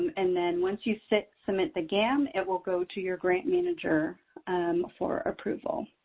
and then once you submit submit the gam, it will go to your grant manager for approval.